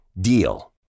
DEAL